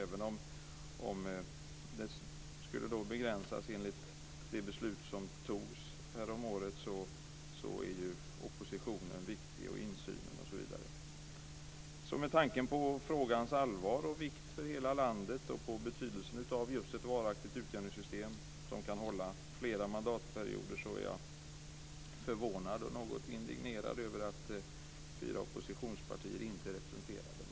Även om det här skulle begränsas enligt det beslut som fattades häromåret är oppositionen viktig. Det handlar om insynen osv. Med tanke på frågans allvar och vikt för hela landet och på betydelsen av just ett varaktigt utjämningssystem som kan hålla flera mandatperioder är jag förvånad och något indignerad över att fyra oppositionspartier inte är representerade.